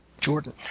jordan